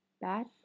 Bad